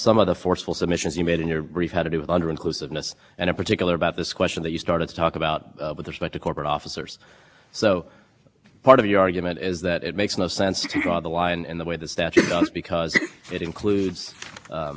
argument is that it makes no sense to draw the line in the way the statute does because it includes contractors but it doesn't include the officers of corporate contractors and also their political committees which are required to bear the same name